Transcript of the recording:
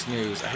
News